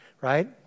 Right